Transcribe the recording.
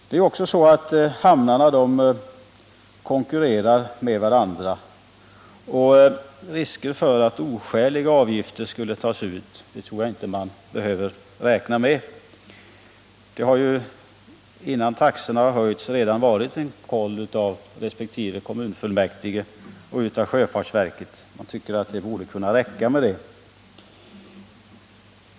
Vidare konkurrerar hamnarna med varandra, och jag tror inte att man behöver räkna med risker för att oskäliga avgifter skulle tas ut. Innan taxorna höjs har de varit föremål för kontroll både av resp. kommunfullmäktige och av sjöfartsverket, och jag tycker att det borde kunna räcka med detta.